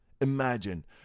Imagine